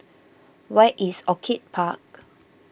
where is Orchid Park